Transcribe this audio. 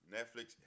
Netflix